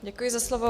Děkuji za slovo.